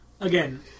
Again